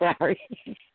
Sorry